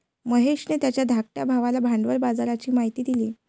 महेशने त्याच्या धाकट्या भावाला भांडवल बाजाराची माहिती दिली